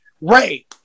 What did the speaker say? Ray